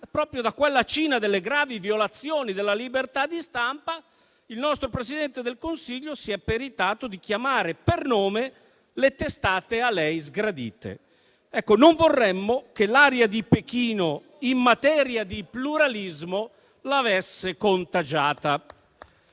proprio da quella Cina delle gravi violazioni della libertà di stampa, il nostro Presidente del Consiglio si è peritato di chiamare per nome le testate a lei sgradite. Ecco, non vorremmo che l'aria di Pechino in materia di pluralismo l'avesse contagiata.